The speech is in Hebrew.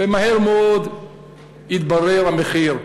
ומהר מאוד התברר המחיר.